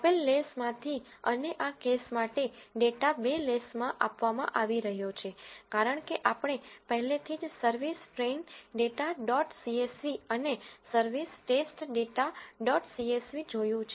આપેલ લેસમાંથી અને આ કેસ માટે ડેટા બે લેસમાં આપવામાં આવી રહ્યો છે કારણ કે આપણે પહેલેથી જ service trained data dot CSV અને service test data dot CSV જોયું છે